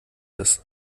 ist